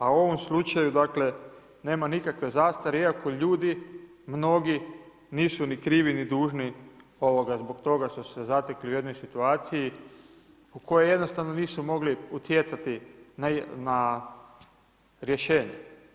A u ovom slučaju, dakle nema nikakve zastare iako ljudi mnogi nisu ni krivi, ni dužni zbog toga što su se zatekli u jednoj situaciji u kojoj jednostavno nisu mogli utjecati na rješenje.